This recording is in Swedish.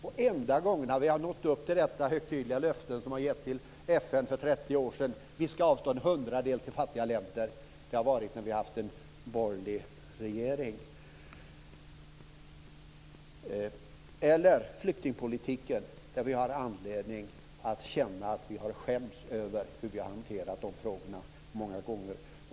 Den enda gång som vi har nått upp till det högtidliga löfte som vi har gett till FN för 30 år sedan, att vi ska avstå en hundradel till fattiga länder, har varit när vi har haft en borgerlig regering. Vi har också haft anledning att skämmas över hur vi har hanterat flyktingpolitiken många gånger.